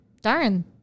darn